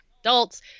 adults